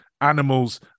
animals